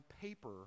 paper